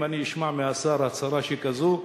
אם אני אשמע מהשר הצהרה שכזו,